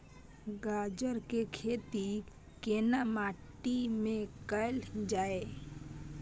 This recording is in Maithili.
गाजर के खेती केना माटी में कैल जाए?